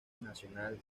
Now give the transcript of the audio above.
national